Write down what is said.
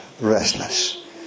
restless